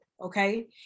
Okay